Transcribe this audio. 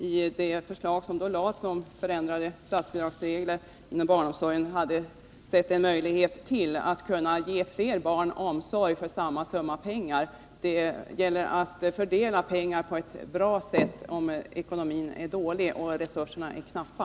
I det förslag som framlades om förändrade statsbidragsregler hade man sett ytterligare en möjlighet att ge fler barn omsorg för samma summa pengar. Det gäller att fördela pengar på ett bra sätt, om ekonomin är dålig och resurserna är knappa.